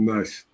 Nice